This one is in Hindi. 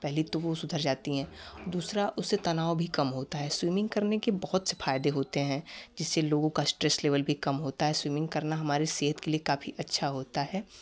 पहले तो वो सुधर जाती हैं और दूसरा उससे तनाव भी कम होता है स्विमिंग करने के बहुत से फायदे होते है जिससे लोगों का स्ट्रेस लेवल भी कम होता है स्विमिंग करना हमारे सेहत के लिए काफ़ी अच्छा होता है